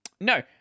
No